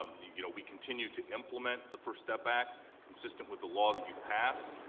you know we continue to implement the first step act consistent with the law that you passed.